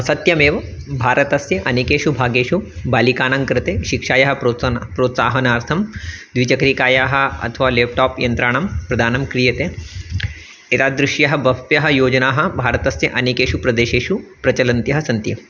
सत्यमेव भारतस्य अनेकेषु भागेषु बालिकानां कृते शिक्षायाः प्रोत्सानं प्रोत्साहनार्थं द्विचक्रिकायाः अथवा लेप्टाप् यन्त्राणां प्रदानं क्रियते एतादृश्यः बह्व्यः योजनाः भारतस्य अनेकेषु प्रदेशेषु प्रचलन्त्यः सन्ति